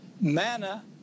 manna